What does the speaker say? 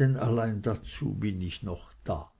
denn allein dazu bin ich noch da